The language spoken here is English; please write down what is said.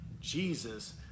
Jesus